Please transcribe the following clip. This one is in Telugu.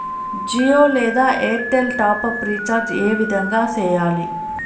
జియో లేదా ఎయిర్టెల్ టాప్ అప్ రీచార్జి ఏ విధంగా సేయాలి